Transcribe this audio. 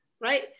Right